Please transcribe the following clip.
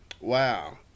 Wow